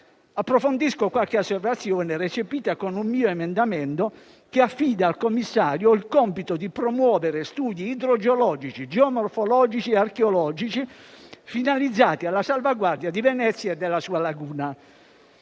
Approfondisco qualche osservazione, recepita con un mio emendamento, che affida al commissario il compito di promuovere studi idrogeologici, geomorfologici e archeologici finalizzati alla salvaguardia di Venezia e della sua laguna.